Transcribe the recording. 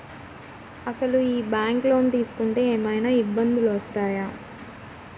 అసలు ఈ బ్యాంక్లో లోన్ తీసుకుంటే ఏమయినా ఇబ్బందులు వస్తాయా?